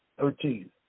Thirteen